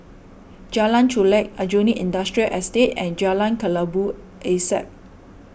Jalan Chulek Aljunied Industrial Estate and Jalan Kelabu Asap